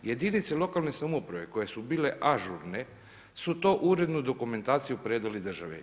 Jedinice lokalne samouprave koje su bile ažurne su to uredno dokumentaciju predali državi.